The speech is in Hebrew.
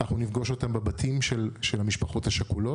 נפגוש אותם בבתים של המשפחות השכולות,